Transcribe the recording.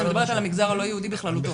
אני מדברת על המגזר הלא-יהודי בכללותו.